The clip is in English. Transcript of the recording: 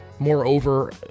Moreover